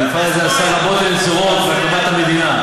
המפעל הזה עשה רבות ונצורות בהקמת המדינה,